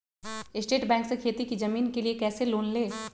State bank से खेती की जमीन के लिए कैसे लोन ले?